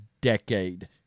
decade